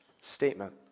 statement